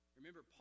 remember